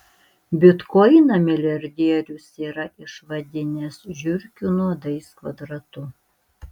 bitkoiną milijardierius yra išvadinęs žiurkių nuodais kvadratu